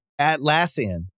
Atlassian